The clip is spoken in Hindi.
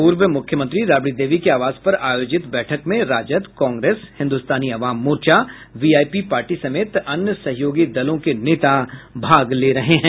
पूर्व मुख्यमंत्री राबड़ी देवी के आवास पर आयोजित बैठक में राजद कांग्रेस हिन्दुस्तानी आवाम मोर्चा वीआईपी पार्टी समेत अन्य सहयोगी दलों के नेता भाग ले रहे हैं